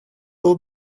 will